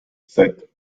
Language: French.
sept